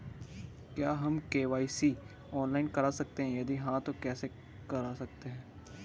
क्या हम KYC online करा सकते हैं यदि हाँ तो कैसे करा सकते हैं?